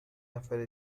نفر